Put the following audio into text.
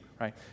right